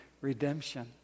redemption